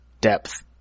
depth